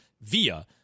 Via